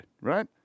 right